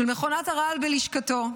של מכונת הרעל בלשכתו,